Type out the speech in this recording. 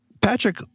Patrick